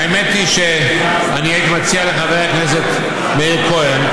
האמת היא שאני הייתי מציע לחבר הכנסת מאיר כהן: